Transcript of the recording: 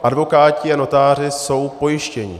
Advokáti a notáři jsou pojištění.